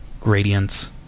gradients